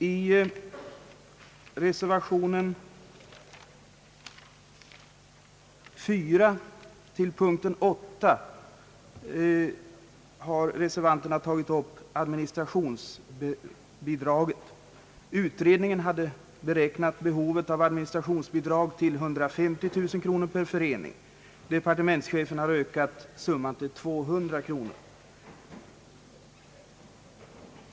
I reservation 4 till punkt 8 har reservanterna tagit upp administrationsbi draget. Utredningen hade beräknat behovet av administrationsbidrag = till 150 000 kronor per förening. Departementschefen har ökat summan till 200 000 kronor.